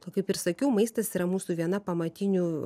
to kaip ir sakiau maistas yra mūsų viena pamatinių